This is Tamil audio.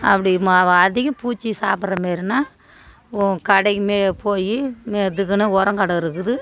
அப்படி மா வா அதிகம் பூச்சி சாப்பிர்ற மாரின்னா ஒ கடை மே போய் அதுக்குன்னு உரங்கட இருக்குது